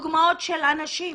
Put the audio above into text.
דוגמאות של אנשים